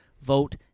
Vote